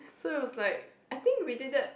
so it was like I think we did that